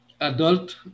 adult